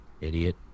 Idiot